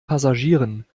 passagieren